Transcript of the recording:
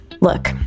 Look